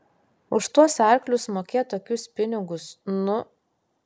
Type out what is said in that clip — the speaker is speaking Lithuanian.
už tuos arklius mokėt tokius pinigus nu